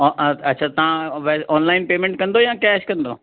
ओ आ अच्छा तव्हां बई ऑनलाइन पेमैंट कंदव या कैश कंदव